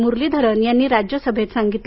मुरलीधरन यांनी राज्यसभेत सांगितलं